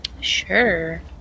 Sure